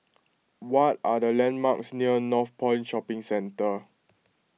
what are the landmarks near Northpoint Shopping Centre